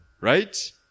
right